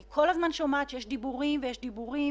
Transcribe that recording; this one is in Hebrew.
המענק מיועד לעסקים עם מחזורים מ-300,000 ועד 20 מיליון שקלים.